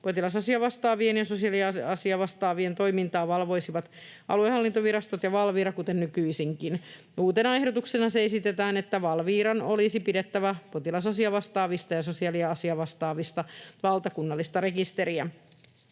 Potilasasiavastaavien ja sosiaaliasiavastaavien toimintaa valvoisivat aluehallintovirastot ja Valvira, kuten nykyisinkin. Uutena ehdotuksena esitetään, että Valviran olisi pidettävä potilasasiavastaavista ja sosiaaliasiavastaavista valtakunnallista rekisteriä.